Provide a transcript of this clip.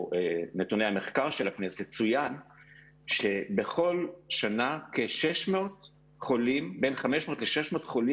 נתוני המחקר של הכנסת צוין שבכל שנה בין 500 ל-600 חולים